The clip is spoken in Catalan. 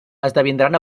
esdevindran